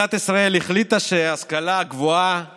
מדינת ישראל החליטה שההשכלה הגבוהה